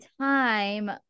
time